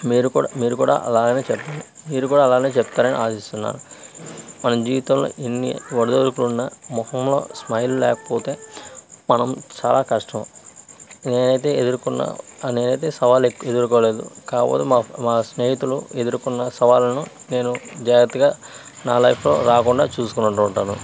మీరు కూడా మీరు కూడా అలాగనే చెప్పండి మీరు కూడా అలానే చెప్తారని ఆశిస్తున్నాను మనం జీవితంలో ఎన్ని ఒడిదుడుకులు ఉన్న మొఖంలో స్మైల్ లేకపోతే మనం చాలా కష్టం నేనైతే ఎదుర్కొన్నా నేనైతే సవాళ్ళు ఎక్కువ ఎదుర్కొలేదు కాకపోతే మా మా స్నేహితులు ఎదుర్కొన్న సవాళ్ళను నేను జాగ్రత్తగా నా లైఫ్లో రాకుండా చూసుకొని ఉంటుంటాను